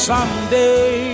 Someday